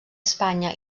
espanya